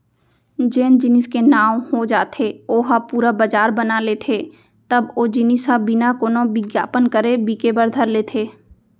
जेन जेनिस के नांव हो जाथे ओ ह पुरा बजार बना लेथे तब ओ जिनिस ह बिना कोनो बिग्यापन करे बिके बर धर लेथे